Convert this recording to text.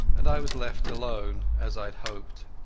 and i was left alone as i had hoped.